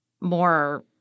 more